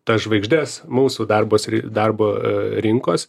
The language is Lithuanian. tas žvaigždes mūsų darbas darbo rinkos